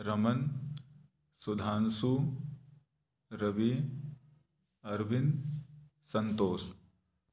Raman Sudhanshu Ravi Arvind Santosh